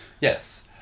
Yes